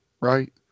right